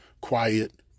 quiet